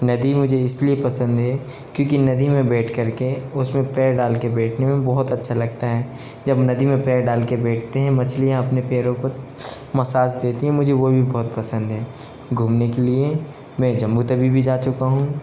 नदी मुझे इसलिए पसंद है क्योंकि नदी में बैठ कर के उसमें पैर डाल कर बैठने में बहुत अच्छा लगता है जब नदी में पैर डाल के बैठते हैं मछलियाँ अपने पैरों को मसाज देती है मुझे वह भी बहुत पसंद है घूमने के लिए मैं जम्मू तवी भी जा चुका हूँ